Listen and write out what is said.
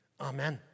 Amen